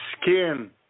skin